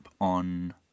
on